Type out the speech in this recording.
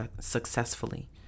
successfully